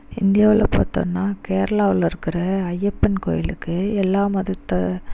இந்தியாவில் பார்த்தோம்ன்னா கேரளாவில் இருக்கிற ஐயப்பன் கோயிலுக்கு எல்லா மதத்தை